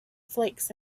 flakes